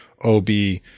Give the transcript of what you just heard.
Ob